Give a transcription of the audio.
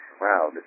wow